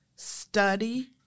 Study